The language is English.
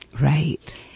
Right